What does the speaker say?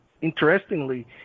Interestingly